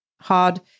hard